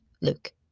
Luke